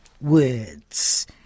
words